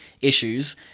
issues